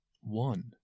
one